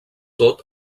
tot